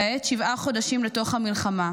כעת, שבעה חודשים לתוך המלחמה,